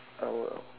L O L